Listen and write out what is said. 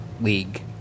League